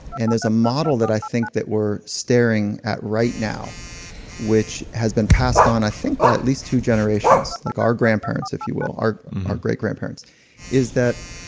and there's a model that i think that we're staring at right now which has been passed on i think by at least two generations. like our grandparents, if you will. our our great grandparents is that